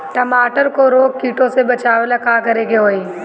टमाटर को रोग कीटो से बचावेला का करेके होई?